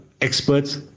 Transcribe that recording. experts